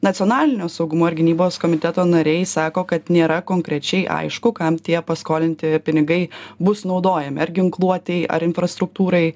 nacionalinio saugumo ir gynybos komiteto nariai sako kad nėra konkrečiai aišku kam tie paskolinti pinigai bus naudojami ar ginkluotei ar infrastruktūrai